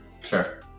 Sure